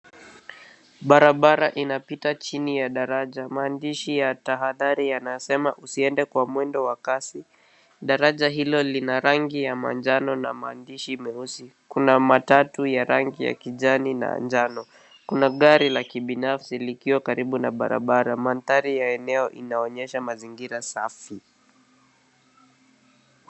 Barabara inapita chini ya daraja. Maandishi ya tahadhari yanasema usiende kwa mwendo wa kasi. Daraja hilo lina rangi ya manjano na maandishi meusi. Kuna matatu ya rangi ya kijani na njano. Kuna gari la kibinafsi likiwa karibu na barabara, madhari ya eneo inaonyesha mazingira safi